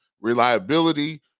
reliability